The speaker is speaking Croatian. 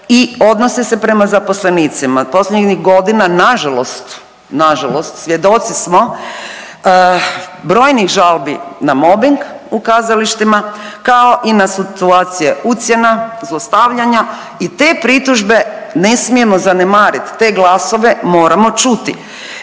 i odnosi se prema zaposlenici. Posljednjih godina, nažalost, nažalost svjedoci smo brojnih žalbi na mobing u kazalištima, kao i na situacije ucjena, zlostavljanja i te pritužbe ne smijemo zanemarit, te glasove moramo čuti